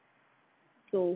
so